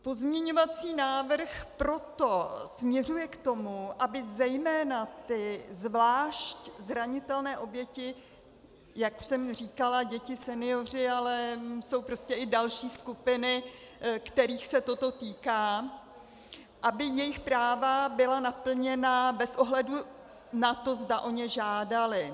Pozměňovací návrh proto směřuje k tomu, aby zejména ty zvlášť zranitelné oběti, jak jsem říkala, děti, senioři, ale jsou prostě i další skupiny, kterých se toto týká, aby jejich práva byla naplněna bez ohledu na to, zda o ně žádaly.